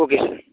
okay sir